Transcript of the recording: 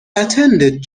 attended